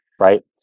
right